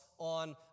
on